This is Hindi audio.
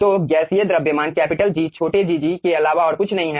तो गैसीय द्रव्यमान कैपिटल G छोटे gg के अलावा और कुछ नहीं है